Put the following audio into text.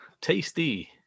tasty